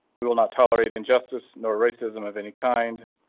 we will not tolerate injustice. no racism of any kind.